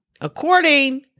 According